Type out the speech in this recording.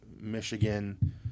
Michigan